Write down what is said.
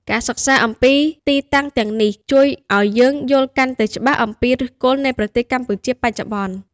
ការសិក្សាអំពីទីតាំងទាំងនេះ ជួយឱ្យយើងយល់កាន់តែច្បាស់អំពីឫសគល់នៃប្រទេសកម្ពុជាបច្ចុប្បន្ន។